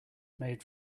made